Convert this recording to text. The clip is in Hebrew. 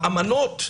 האמנות,